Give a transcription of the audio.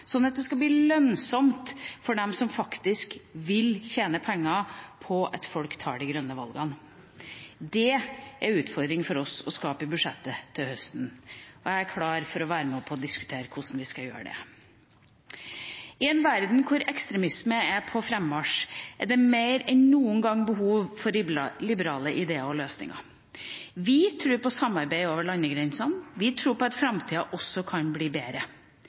sånn at det skal bli lønnsomt for dem som faktisk vil tjene penger på at folk tar de grønne valgene. Det er en utfordring for oss å skape i budsjettet til høsten, og jeg er klar for å være med på å diskutere hvordan vi skal gjøre det. I en verden hvor ekstremisme er på frammarsj, er det mer enn noen gang behov for liberale ideer og løsninger. Vi tror på samarbeid over landegrensene, vi tror på at framtida kan bli bedre.